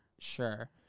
Sure